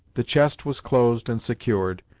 the chest was closed and secured,